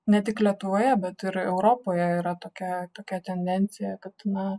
ne tik lietuvoje bet ir europoje yra tokia tokia tendencija kad na